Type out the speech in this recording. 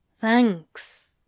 Thanks